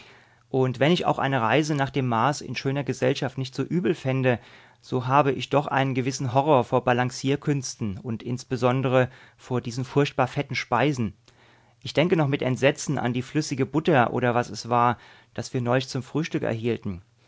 und wenn ich auch eine reise nach dem mars in schöner gesellschaft nicht so übel fände so habe ich doch einen gewissen horror vor balancierkünsten und insbesondere vor diesen furchtbar fetten speisen ich denke noch mit entsetzen an die flüssige butter oder was es war das wir neulich zum frühstück erhielten